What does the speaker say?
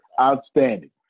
Outstanding